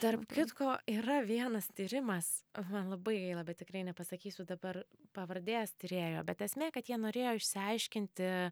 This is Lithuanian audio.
tarp kitko yra vienas tyrimas man labai gaila bet tikrai nepasakysiu dabar pavardės tyrėjo bet esmė kad jie norėjo išsiaiškinti